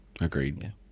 Agreed